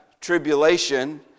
tribulation